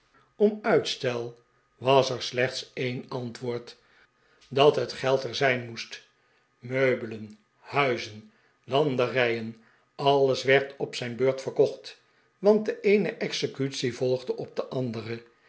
om uitstel was er slechts een antwoord dat het geld er zijn moest meubelen huizen landerijen alles werd op zijn beurt verkocht want de eene executie volgde op de andere